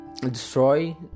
destroy